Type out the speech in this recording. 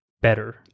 better